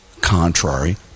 contrary